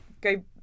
go